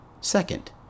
Second